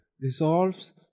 Resolves